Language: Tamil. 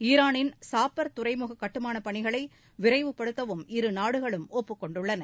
ஈரானின் சாப்பர் துறைமுக கட்டுமானப் பணிகளை விரைவுப்படுத்தவும் இரு நாடுகளும் ஒப்புக்கொண்டன